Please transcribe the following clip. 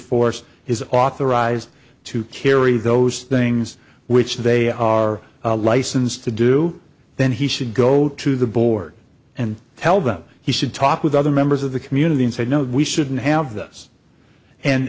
force is authorized to carry those things which they are a license to do then he should go to the board and tell them he should talk with other members of the community and say no we shouldn't have those and